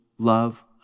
Love